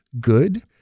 good